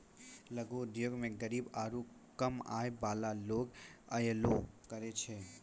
लघु उद्योगो मे गरीब आरु कम आय बाला लोग अयलो करे छै